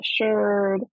assured